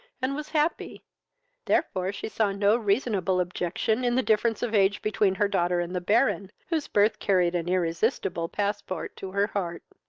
and was happy therefore she saw no reasonable objection in the difference of age between her daughter and the baron, whose birth carried an irresistible passport to her heart.